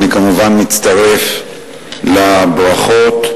אני כמובן מצטרף לברכות,